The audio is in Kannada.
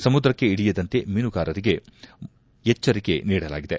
ಸಮುದ್ರಕ್ಷೆ ಇಳಿಯದಂತೆ ಮೀನುಗಾರರಿಗೆ ಎಚ್ಚರಿಕೆ ನೀಡಲಾಗಿದೆ